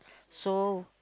so